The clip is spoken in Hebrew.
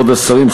כבוד השרים,